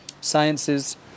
Sciences